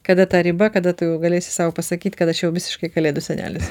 kada ta riba kada tu jau galėsi sau pasakyt kad aš jau visiškai kalėdų senelis